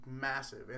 massive